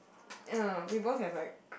yeah we both have like